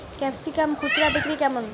Capsicum খুচরা বিক্রি কেমন?